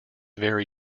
very